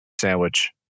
sandwich